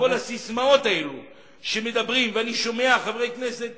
כל הססמאות האלה שמדברים, ואני שומע חברי כנסת